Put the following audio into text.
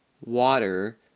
water